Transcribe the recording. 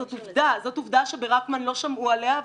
זאת עובדה שברקמן לא שמעו עליה,